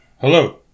Hello